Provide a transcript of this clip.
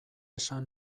esan